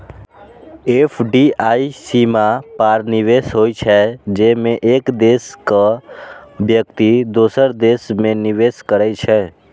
FDI सीमा पार निवेश होइ छै, जेमे एक देशक व्यक्ति दोसर देश मे निवेश करै छै